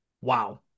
wow